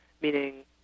meaning